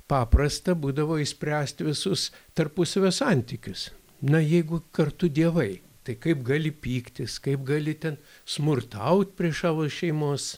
paprasta būdavo išspręst visus tarpusavio santykius na jeigu kartu dievai tai kaip gali pyktis kaip gali ten smurtaut prieš savo šeimos